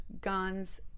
guns